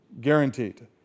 Guaranteed